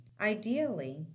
ideally